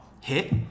hit